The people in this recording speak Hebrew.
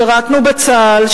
שירתנו בצה"ל,